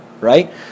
right